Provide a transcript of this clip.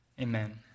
Amen